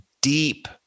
deep